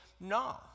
No